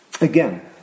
Again